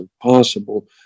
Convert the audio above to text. possible